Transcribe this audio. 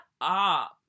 up